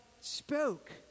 spoke